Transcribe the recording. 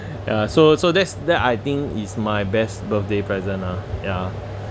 ya so so that's that I think is my best birthday present ah ya